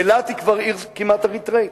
אילת היא כבר עיר כמעט אריתריאית.